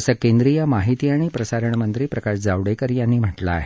असं केंद्रीय माहिती आणि प्रसारणमंत्री प्रकाश जावडेकर यांनी म्हटलं आहे